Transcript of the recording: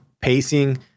pacing